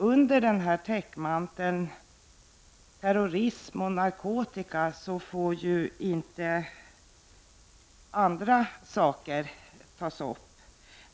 Under täckmanteln terrorism och narkotika får inte andra saker tas upp.